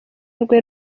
rwe